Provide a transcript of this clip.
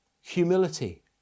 humility